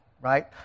right